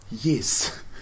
yes